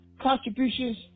contributions